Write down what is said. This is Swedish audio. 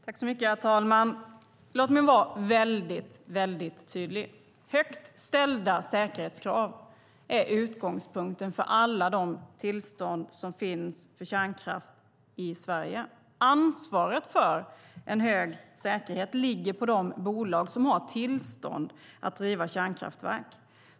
Herr talman! Låt mig vara väldigt tydlig! Högt ställda säkerhetskrav är utgångspunkten för alla de tillstånd för kärnkraft som finns i Sverige. Ansvaret för en hög säkerhet ligger på de bolag som har tillstånd att driva kärnkraftverk.